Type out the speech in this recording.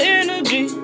energy